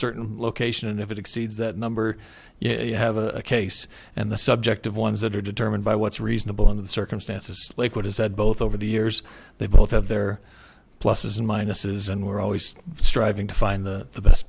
certain location and if it exceeds that number you have a case and the subject of ones that are determined by what's reasonable under the circumstances liquid is that both over the years they both have their pluses and minuses and we're always strike to find the